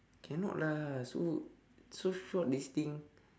cannot lah so so short this thing